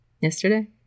Yesterday